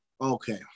Okay